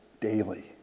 daily